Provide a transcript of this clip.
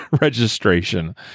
registration